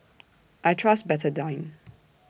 I Trust Betadine